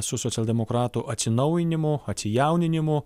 su socialdemokratų atsinaujinimo acijauninimo